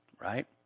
right